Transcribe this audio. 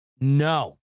No